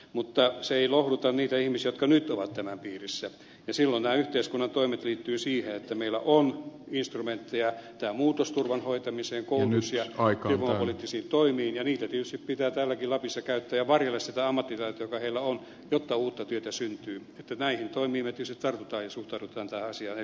mutta se ei lohduta niitä ihmisiä jotka nyt ovat tämän piirissä ja silloin nämä yhteiskunnan toimet liittyvät siihen että meillä on instrumentteja tämän muutosturvan hoitamiseen koulutus ja työvoimapoliittisiin toimiin ja niitä tietysti pitää täälläkin lapissa käyttää ja varjella sitä ammattitaitoa joka heillä on jotta uutta työtä syntyy keväinen toimi vetisestä tai sokeritonta asioiden